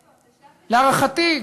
להערכתי,